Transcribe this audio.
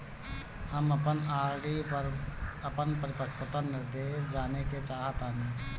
हम अपन आर.डी पर अपन परिपक्वता निर्देश जानेके चाहतानी